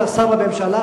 אתה שר בממשלה,